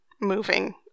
moving